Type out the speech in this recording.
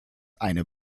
eine